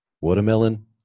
Watermelon